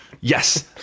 Yes